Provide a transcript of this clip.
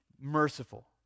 merciful